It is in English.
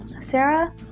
Sarah